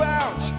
out